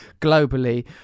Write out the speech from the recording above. globally